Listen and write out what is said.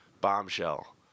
bombshell